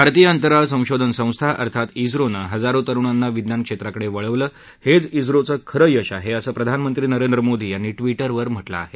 भारतीय अंतराळ संशोधन संस्था अर्थात झोनं हजारो तरुणांना विज्ञान क्षेत्राकडे वळवलं हेच झोचं खरं यश आहे असं प्रधानमंत्री नरेंद्र मोदी यांनी ट्विटरवर म्हटलं आहे